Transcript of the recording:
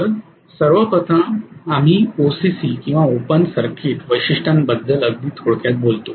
तर सर्व प्रथम आम्ही ओसीसी किंवा ओपन सर्किट वैशिष्ट्यांबद्दल अगदी थोडक्यात बोलतो